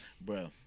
Bro